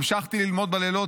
המשכתי ללמוד בלילות,